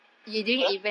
hello